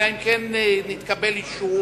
אלא אם כן נתקבל אישור,